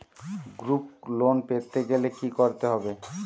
Group loan পেতে গেলে কি করতে হবে?